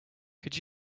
could